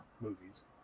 movies